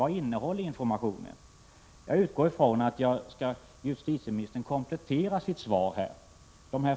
Vad innehåller informationen? Jag utgår från att justitieministern kompletterar sitt svar.